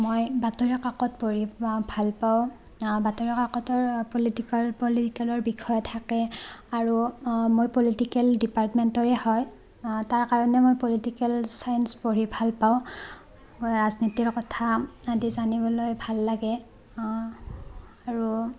মই বাতৰি কাকত পঢ়ি ভাল পাওঁ বাতৰি কাকতৰ পলিটিকেল পলিটিকেলৰ বিষয়ে থাকে আৰু মই পলিটিকেল ডিপাৰ্টমেণ্টৰে হয় তাৰ কাৰণে মই পলিটিকেল ছায়েঞ্চ পঢ়ি ভাল পাওঁ ৰাজনীতিৰ কথা আদি জানিবলৈ ভাল লাগে আৰু